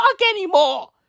anymore